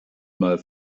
mal